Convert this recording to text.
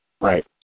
Right